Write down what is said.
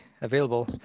available